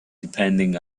depending